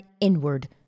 inward